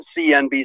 CNBC